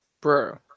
Bro